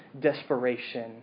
desperation